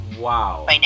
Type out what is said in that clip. Wow